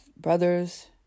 brothers